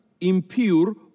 impure